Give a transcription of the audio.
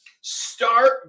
start